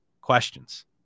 questions